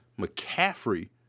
McCaffrey